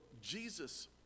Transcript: Jesus